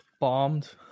bombed